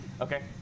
okay